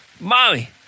mommy